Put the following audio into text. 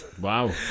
wow